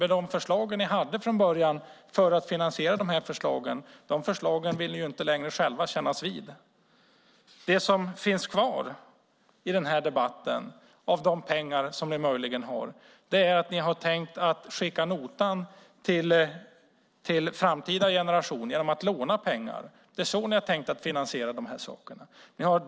De sätt ni förut hade för att finansiera det ni nu föreslår vill ni inte längre kännas vid. Det som finns kvar av era finansieringsförslag är att skicka notan till framtida generationer, alltså genom att låna pengar. Det är på det sättet ni har tänkt finansiera de här sakerna.